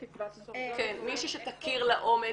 מישהי שתכיר לעומק,